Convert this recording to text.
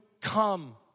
come